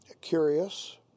curious